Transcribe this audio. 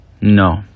no